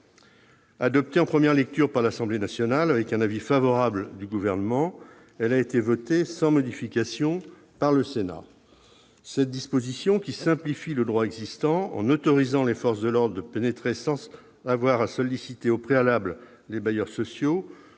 Adoptée en première lecture par l'Assemblée nationale, avec un avis favorable du Gouvernement, cette disposition a été votée sans modification par le Sénat. Simplifiant le droit existant en autorisant les forces de l'ordre à pénétrer sans avoir à solliciter au préalable les bailleurs sociaux,